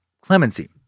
clemency